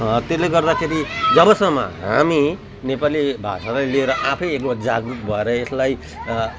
त्यसले गर्दाखेरि जबसम्म हामी नेपाली भाषालाई लिएर आफै अब जागरुक भएर यसलाई